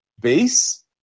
base